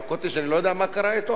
וה"קוטג'" אני לא יודע מה קרה אתו,